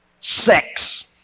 sex